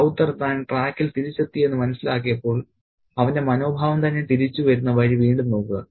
റൌത്തർ താൻ ട്രാക്കിൽ തിരിച്ചെത്തിയെന്ന് മനസ്സിലാക്കിയപ്പോൾ അവന്റെ മനോഭാവം തന്നെ തിരിച്ചു വരുന്ന വഴി വീണ്ടും നോക്കുക